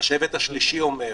השבט השלישי אומר,